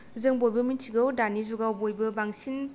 जों बयबो मिथिगौ दानि जुगाव बयबो बांसिन